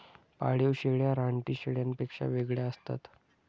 पाळीव शेळ्या रानटी शेळ्यांपेक्षा वेगळ्या असतात